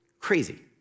Crazy